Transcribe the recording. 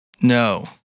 No